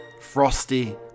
frosty